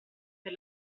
per